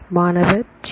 மாணவர்G G